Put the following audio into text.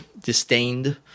disdained